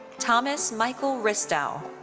thomas michael ristau.